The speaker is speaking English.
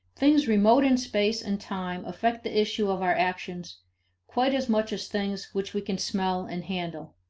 things remote in space and time affect the issue of our actions quite as much as things which we can smell and handle.